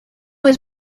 was